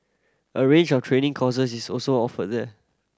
a range of training courses is also offered there